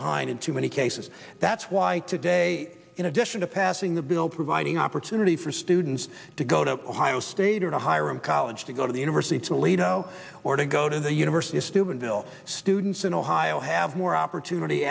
behind in too many cases that's why today in addition to passing the bill providing opportunity for students to go to ohio state or to hiram college to go to the university toledo or to go to the university student bill students in ohio have more opportunity